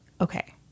okay